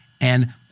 And-